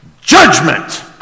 Judgment